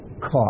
caught